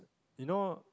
you know